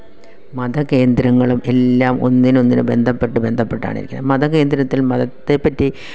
മത കേന്ദ്രങ്ങളും എല്ലാം ഒന്നിനൊന്നിന് ബന്ധപ്പെട്ട് ബന്ധപ്പെട്ടാണ് ഇരിക്കുന്നത് മതകേന്ദ്രത്തില് മതത്തെപ്പറ്റി